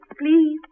please